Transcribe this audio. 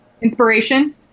inspiration